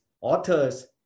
authors